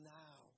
now